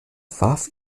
warf